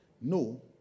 No